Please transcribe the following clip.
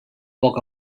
poc